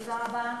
תודה רבה.